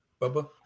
Bubba